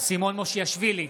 סימון מושיאשוילי,